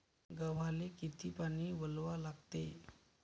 गव्हाले किती पानी वलवा लागते?